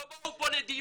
לא באו לפה לדיונים,